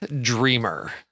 Dreamer